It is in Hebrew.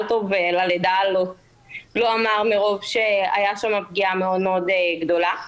טוב ללידה לא אמר מרוב שהייתה שם פגיעה מאוד מאוד גדולה.